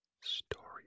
story